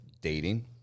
dating